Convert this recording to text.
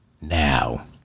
now